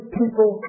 people